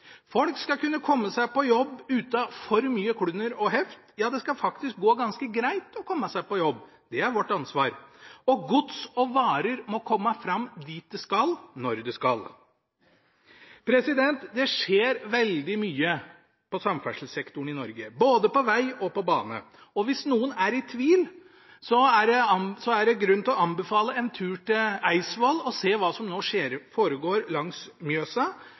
Folk skal kunne komme seg på jobb uten for mye klunder og heft – det skal faktisk gå ganske greit å komme seg på jobb. Det er vårt ansvar. Gods og varer må komme fram dit det skal, når det skal. Det skjer veldig mye innen samferdselssektoren i Norge, både på vei og på bane. Hvis noen er i tvil, er det grunn til å anbefale en tur til Eidsvoll og se hva som nå foregår langs Mjøsa